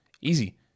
Easy